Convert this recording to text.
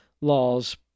laws